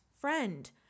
friend